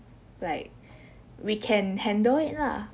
like we can handle it lah